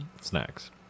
snacks